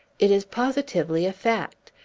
it is positively a fact!